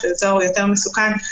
שהוא יותר מסוכן,